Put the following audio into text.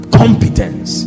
competence